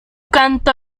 canto